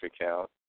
account